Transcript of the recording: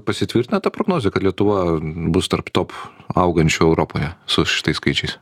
pasitvirtina ta prognozė kad lietuva bus tarp top augančių europoje su šitais skaičiais